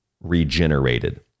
regenerated